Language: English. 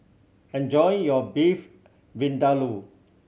enjoy your Beef Vindaloo